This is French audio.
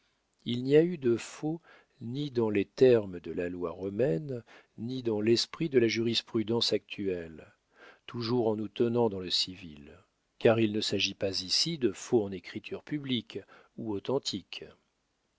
il n'y a eu de faux ni dans les termes de la loi romaine ni dans l'esprit de la jurisprudence actuelle toujours en nous tenant dans le civil car il ne s'agit pas ici de faux en écriture publique ou authentique